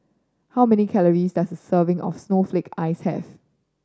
how many calories does a serving of snowflake ice have